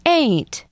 eight